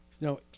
no